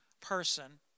person